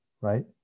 right